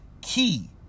key